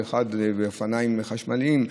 ואחד עם אופניים חשמליים.